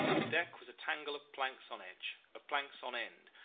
the deck was a tangle of planks on edge, of planks on end,